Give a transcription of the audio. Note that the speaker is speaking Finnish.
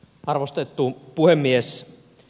arvostettu puhemies